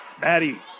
Maddie